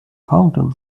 fountain